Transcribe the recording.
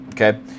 Okay